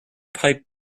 pipe